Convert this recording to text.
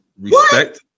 respect